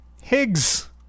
Higgs